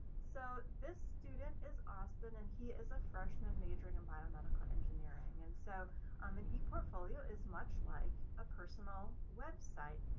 so this student is austin, and he is a freshman majoring in biomedical engineering. and so um an e portfolio is much like a personal website.